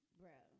bro